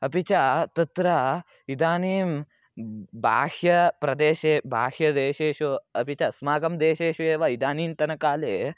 अपि च तत्र इदानीं बाह्य प्रदेशे बाह्य देशेषु अपि ते अस्माकं देशेषु एव इदानीन्तनकाले